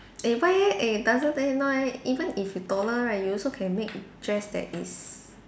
eh why eh eh doesn't no eh even if you taller right you also can make dress that is